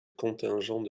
contingent